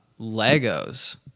Legos